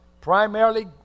primarily